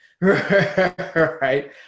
right